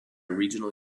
regional